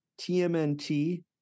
TMNT